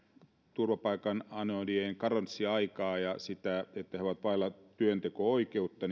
turvapaikan anojien karenssiaikaa ja sitä että tässä halutaan väliaikaisesti poistaa se että he ovat vailla työnteko oikeutta